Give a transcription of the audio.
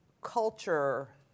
culture